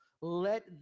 let